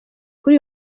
kuri